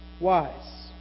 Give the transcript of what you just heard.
wise